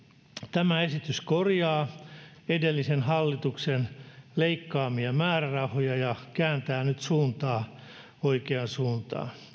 tämä esitys korjaa edellisen hallituksen leikkaamia määrärahoja ja kääntää nyt suuntaa oikeaan suuntaan